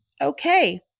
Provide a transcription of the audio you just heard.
okay